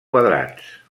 quadrats